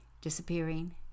disappearing